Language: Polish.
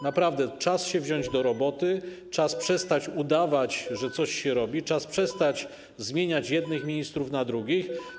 Naprawdę czas się wziąć do roboty, czas przestać udawać, że coś się robi, czas przestać zmieniać jednych ministrów na drugich.